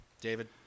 David